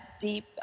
deep